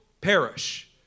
perish